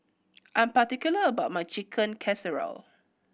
I am particular about my Chicken Casserole